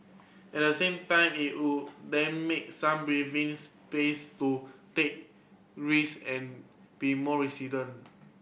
at the same time it would then make some breathing space to take risk and be more resident